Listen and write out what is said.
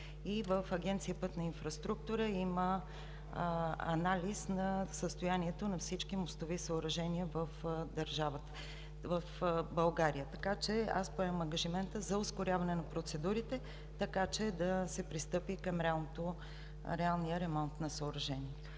– в Агенция „Пътна инфраструктура“ има анализ на състоянието на всички мостови съоръжения в България. Поемам ангажимента за ускоряване на процедурите, така че да се пристъпи към реалния ремонт на съоръжението.